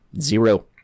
zero